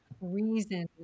reason